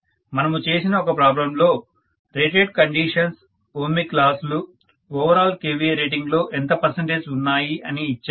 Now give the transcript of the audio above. మనము చేసిన ఒక ప్రాబ్లెమ్ లో రేటెడ్ కండిషన్స్ ఓమిక్ లాస్ లు ఓవరాల్ kVA రేటింగ్ లో ఎంత పర్సంటేజ్ ఉన్నాయి అని ఇచ్చారు